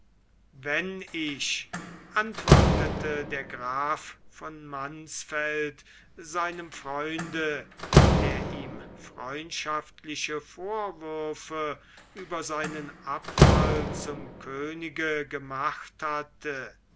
wenn ich antwortete der graf von mansfeld seinem freund der ihm freundschaftliche vorwürfe über seinen abfall zum könige gemacht hatte